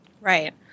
Right